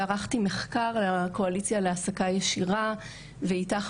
וערכתי מחקר עבור הקואליציה להעסקה ישירה ועמותת אית"ך